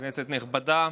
כנסת נכבדה,